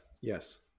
yes